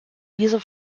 dieser